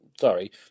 sorry